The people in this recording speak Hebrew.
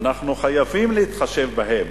אנחנו חייבים להתחשב בהם.